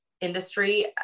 industry